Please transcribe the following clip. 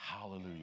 Hallelujah